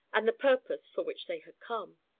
and the purpose for which they had come.